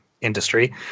industry